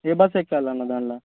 ఏ bus ఎక్కాలి అన్నా దాంట్లో